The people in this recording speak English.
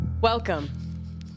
Welcome